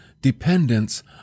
dependence